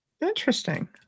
Interesting